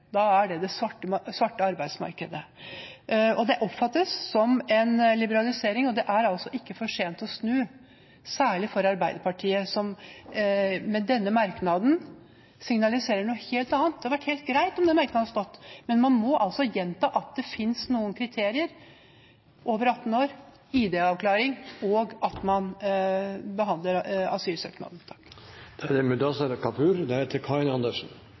Da er det det svarte arbeidsmarkedet. Det oppfattes som en liberalisering, og det er altså ikke for sent å snu, særlig for Arbeiderpartiet, som med denne merknaden signaliserer noe helt annet. Det hadde vært helt greit om den merknaden hadde stått, men man må altså gjenta at det finnes noen kriterier: over 18 år, ID-avklaring og at man behandler asylsøknaden. Jeg hadde egentlig ikke tenkt å ta ordet i denne saken, for jeg synes mye av det